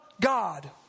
God